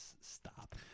Stop